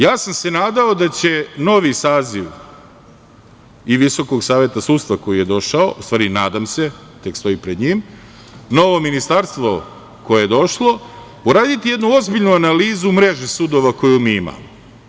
Ja sam se nadao da će novi saziv i Visokog saveta sudstva koji je došao, u stvari nadam se, tek predstoji pred njim, novo ministarstvo koje je došlo, uraditi jednu ozbiljnu analizu mreže sudova koju mi imamo.